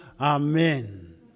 Amen